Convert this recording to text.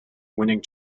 winning